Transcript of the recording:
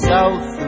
South